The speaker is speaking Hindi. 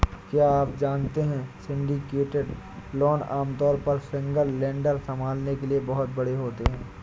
क्या आप जानते है सिंडिकेटेड लोन आमतौर पर सिंगल लेंडर संभालने के लिए बहुत बड़े होते हैं?